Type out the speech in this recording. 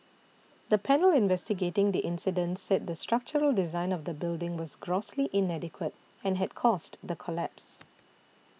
the panel investigating the incident said the structural design of the building was grossly inadequate and had caused the collapse